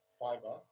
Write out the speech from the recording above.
fiber